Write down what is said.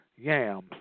yams